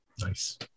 Nice